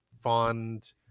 fond